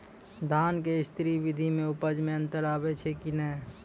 धान के स्री विधि मे उपज मे अन्तर आबै छै कि नैय?